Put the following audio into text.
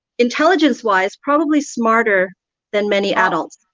intelligence wise, probably smarter than many adults